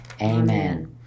Amen